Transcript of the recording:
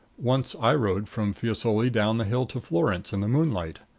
once i rode from fiesole down the hill to florence in the moonlight.